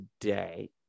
today